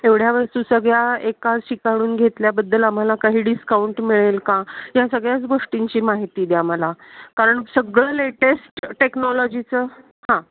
एवढ्या वस्तू सगळ्या एकाच ठिकाणाहून घेतल्याबद्दल आम्हाला काही डिस्काउंट मिळेल का या सगळ्याच गोष्टींची माहिती द्या मला कारण सगळं लेटेस्ट टेक्नॉलॉजीचं हां